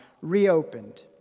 reopened